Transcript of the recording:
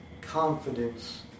confidence